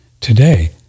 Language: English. today